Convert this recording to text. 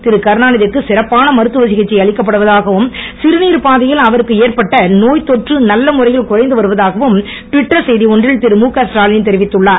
திருகருணாநிதி க்கு சிறப்பான மருத்துவ சிகிச்சை அளிக்கப்படுவதாகவும் சிறுநீர் பாதையில் அவருக்கு ஏற்பட்ட நோய்தொற்று நல்ல முறையில் குறைந்து வருவதாகவும் ட்விட்டர் செய்தி ஒன்றில் திருமுகஸ்டாலின் தெரிவித்துள்ளார்